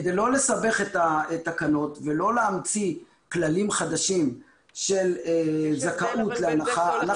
כדי לא לסבך את התקנות ולא להמציא כללים חדשים של זכאות להנחה,